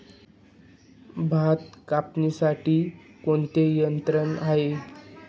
भात कापणीसाठी कोणते यंत्र आहे?